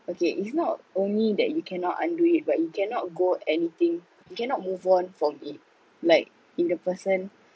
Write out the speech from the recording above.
okay it's not only that you cannot undo it but you cannot go anything you cannot move on from it like in the person